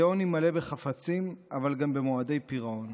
זה עוני מלא בחפצים, אבל גם במועדי פירעון.